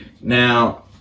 Now